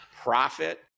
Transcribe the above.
profit –